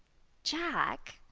jack.